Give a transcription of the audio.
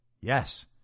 Yes